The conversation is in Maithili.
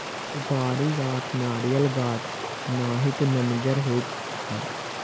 सुपारी गाछ नारियल गाछ नाहित नमगर होइ छइ